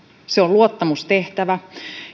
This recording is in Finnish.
se on luottamustehtävä